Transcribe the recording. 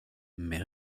mais